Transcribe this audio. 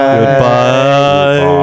Goodbye